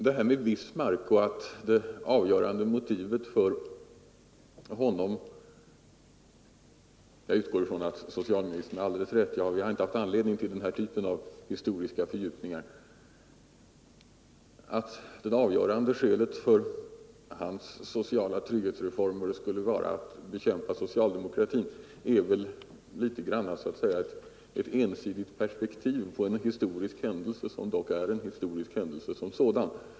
Sedan var väl det som socialministern sade om att det avgörande motivet för Bismarcks trygghetsreformer — jag utgår från att socialministern har alldeles rätt där, jag har inte haft anledning att göra den typen av historiska fördjupningar — skulle vara att bekämpa socialdemokratin ett litet väl ensidigt perspektiv på en historisk händelse, som dock är en historisk händelse som sådan.